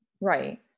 Right